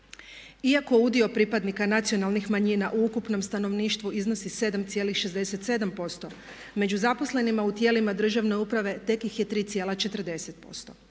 Iako udio pripadnika nacionalnih manjina u ukupnom stanovništvu iznosi 7,67% među zaposlenima u tijelima državne uprave tek ih je 3,40%.